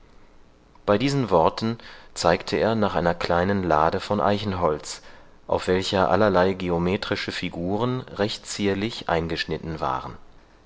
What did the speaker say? bei diesen worten zeigte er nach einer kleinen lade von eichenholz auf welcher allerlei geometrische figuren recht zierlich eingeschnitten waren